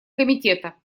комитета